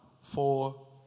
four